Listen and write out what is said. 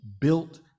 built